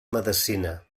medecina